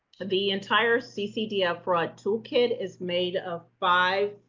ah the entire ccdf fraud toolkit is made of five,